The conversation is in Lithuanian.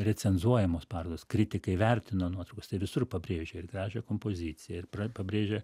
recenzuojamos parodos kritikai vertino nuotraukas tai visur pabrėžia ir gražią kompoziciją ir pabrėžia